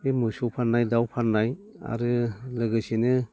बे मोसौ फाननाय दाउ फाननाय आरो लोगोसेनो